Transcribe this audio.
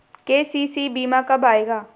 KCC बीमा कब आएगा?